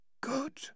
Good